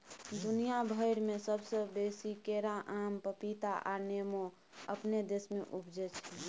दुनिया भइर में सबसे बेसी केरा, आम, पपीता आ नेमो अपने देश में उपजै छै